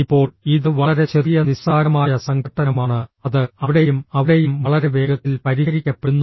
ഇപ്പോൾ ഇത് വളരെ ചെറിയ നിസ്സാരമായ സംഘട്ടനമാണ് അത് അവിടെയും അവിടെയും വളരെ വേഗത്തിൽ പരിഹരിക്കപ്പെടുന്നു